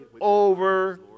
over